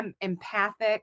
empathic